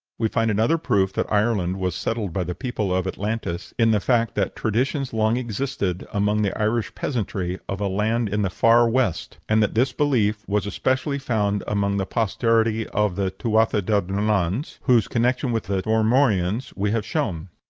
we find another proof that ireland was settled by the people of atlantis in the fact that traditions long existed among the irish peasantry of a land in the far west, and that this belief was especially found among the posterity of the tuatha-de-dananns, whose connection with the formorians we have shown.